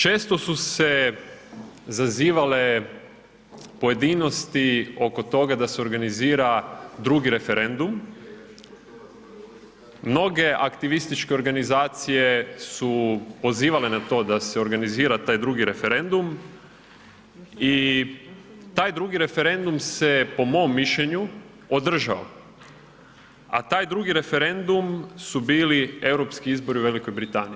Često su se zazivale pojedinosti oko toga da se organizira drugi referendum, mnoge aktivističke organizacije su pozivale na to da se organizira taj drugi referendum i taj drugi referendum se po mom mišljenju održao, a taj drugi referendum su bili europski izbori u Velikoj Britaniji.